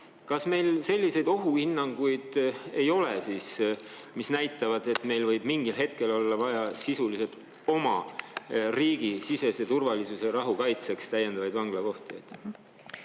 Kas meil selliseid ohuhinnanguid ei ole siis, mis näitavad, et meil võib mingil hetkel olla vaja oma riigisisese turvalisuse ja rahu kaitseks täiendavaid vanglakohti?